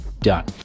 Done